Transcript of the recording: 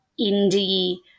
indie